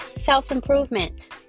self-improvement